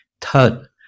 Third